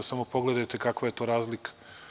Pa, samo pogledajte kakva je to razlika.